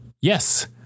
yes